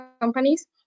companies